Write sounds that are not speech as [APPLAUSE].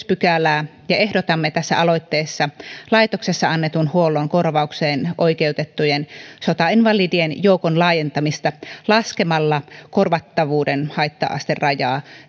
[UNINTELLIGIBLE] pykälää ja ehdotamme tässä aloitteessa laitoksessa annetun huollon korvaukseen oikeutettujen sotainvalidien joukon laajentamista laskemalla korvattavuuden haitta asterajaa